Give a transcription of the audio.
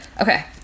Okay